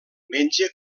menja